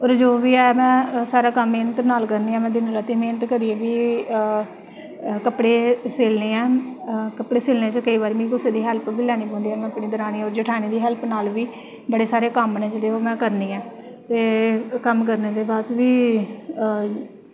और जो बी ऐ में सारा कम्म मेह्नत नाल करनी ऐं अप्पे मेह्नत करनी ऐं कि कपड़े सिलनी आं कपड़े सिलने च केईं बारी मिगी कुसै दी हैल्प बी लैनी पौंदी ऐ में दरानी और जठानी दी हैल्प नाल बी बड़े सारे कम्म नै जेह्ड़े में करनी ऐं ते कम्म करने दे बाद च बी